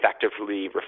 effectively